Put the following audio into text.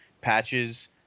patches